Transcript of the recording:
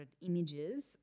images